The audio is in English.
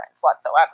whatsoever